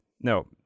No